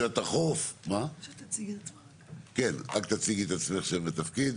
רק תציגי את עצמך שם ותפקיד.